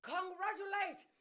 Congratulate